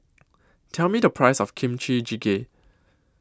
Tell Me The Price of Kimchi Jjigae